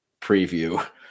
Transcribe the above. preview